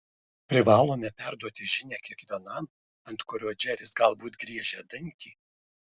privalome perduoti žinią kiekvienam ant kurio džeris galbūt griežia dantį